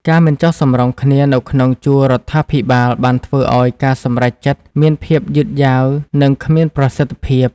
ការមិនចុះសម្រុងគ្នានៅក្នុងជួររដ្ឋាភិបាលបានធ្វើឲ្យការសម្រេចចិត្តមានភាពយឺតយ៉ាវនិងគ្មានប្រសិទ្ធភាព។